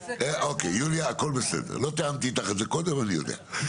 אוקיי יוליה הכל בסדר לא תיאמתי איתך את זה קודם אני יודע.